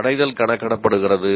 அடைதல் கணக்கிடப்படுகிறது